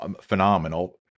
Phenomenal